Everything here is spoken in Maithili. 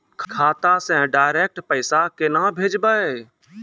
खाता से डायरेक्ट पैसा केना भेजबै?